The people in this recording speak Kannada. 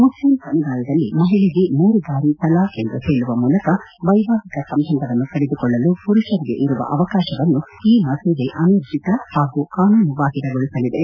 ಮುಸ್ಲಿಂ ಸಮುದಾಯದಲ್ಲಿ ಮಹಿಳೆಗೆ ಮೂರು ಬಾರಿ ತಲಾಖ್ ಎಂದು ಹೇಳುವ ಮೂಲಕ ವ್ಯೆವಾಹಿಕ ಸಂಬಂಧವನ್ನು ಕಡಿದುಕೊಳ್ಳಲು ಪುರುಷರಿಗೆ ಇರುವ ಅವಕಾಶವನ್ನು ಈ ಮಸೂದೆ ಅನೂರ್ಜಿತ ಹಾಗೂ ಕಾನೂನುಬಾಹಿರಗೊಳಿಸಲಿದೆ